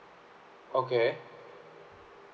okay